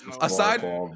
aside